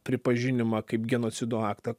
pripažinimą kaip genocido aktą